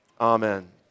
Amen